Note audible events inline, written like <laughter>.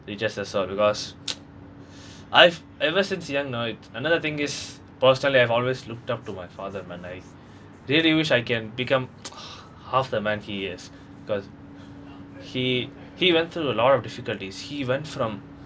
they just also because <noise> I've ever since young now I another thing is constantly I've always looked up to my father and I really wish I can become <noise> half the man he is cause he he went through a lot of difficulties he went from